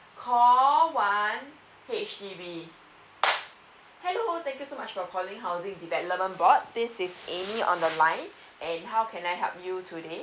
call one H_D_B hello thank you so much for calling housing development board this is ammy on the line and how can I help you today